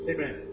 Amen